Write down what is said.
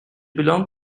belonged